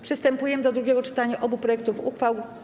Przystępujemy do drugiego czytania obu projektów uchwał.